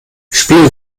spiel